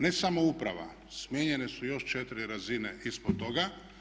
Ne samo uprava, smijenjene su još četiri razine ispod toga.